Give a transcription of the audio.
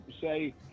say